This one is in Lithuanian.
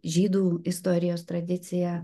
žydų istorijos tradicija